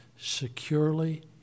securely